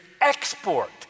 export